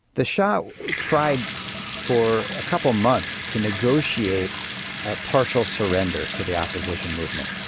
the shah tried for a couple of months to negotiated a partial surrender to the opposition movement,